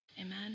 Amen